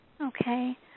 Okay